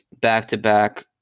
back-to-back